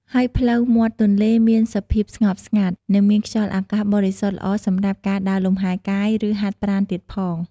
ហើយផ្លូវមាត់ទន្លេមានសភាពស្ងប់ស្ងាត់ និងមានខ្យល់អាកាសបរិសុទ្ធល្អសម្រាប់ការដើរលំហែកាយឬហាត់ប្រាណទៀតផង។